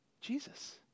Jesus